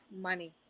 money